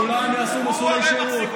כולם יעשו מסלולי שירות.